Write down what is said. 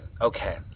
okay